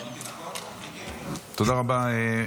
תודה רבה.